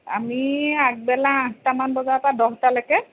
আমি আগবেলা আঠটামান বজাৰ পৰা দহটালৈকে